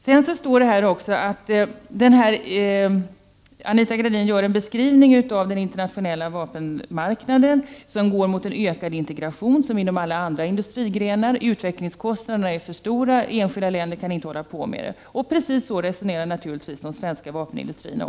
Vidare gör Anita Gradin en beskrivning av den internationella vapenmarknaden, som liksom alla andra industrigrenar går mot en ökad integration. Utvecklingskostnaderna är för stora och enskilda länder kan inte hålla på med sådan verksamhet. Precis på detta sätt resonerar naturligtvis de svenska vapenindustrierna.